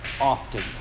often